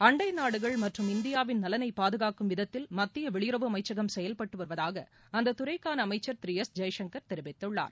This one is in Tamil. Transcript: அண்டைநாடுகள் மற்றும் இந்தியாவின் நலனைபாதுகாக்கும் விதத்தில் மத்தியவெளியுறவு அமைச்சகம் செயல்பட்டுவருவதாகஅந்தத் துறைக்கானஅமைச்சர் திரு எஸ் ஜெய்சங்கர் தெரிவித்துள்ளார்